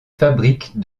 fabriques